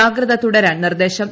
ജാഗ്രത തുടരാൻ നിർദ്ദേശം